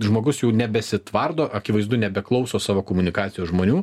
žmogus jau nebesitvardo akivaizdu nebeklauso savo komunikacijos žmonių